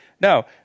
No